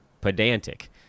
pedantic